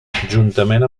juntament